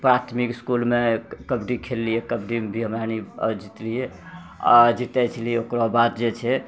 प्राथमिक स्कूलमे कबड्डी खेल लियै कबड्डीमे भी हमरा सनि जितलियै आ जितै छेलियै ओकरा बाद जेछै